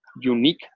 unique